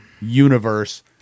universe